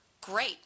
great